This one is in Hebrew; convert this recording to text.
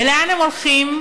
ולאן הם הולכים?